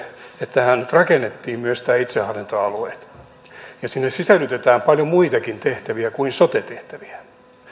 että tähän rakennettiin myös nämä itsehallintoalueet ja sinne sisällytetään paljon muitakin tehtäviä kuin sote tehtäviä